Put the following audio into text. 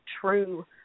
true